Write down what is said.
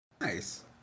Nice